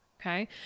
Okay